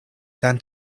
than